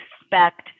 expect